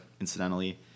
incidentally